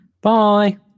Bye